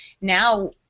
now